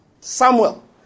Samuel